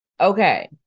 okay